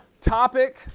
topic